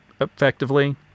effectively